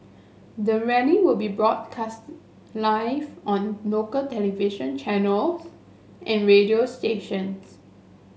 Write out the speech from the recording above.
the rally will be broadcast live on local television channels and radio stations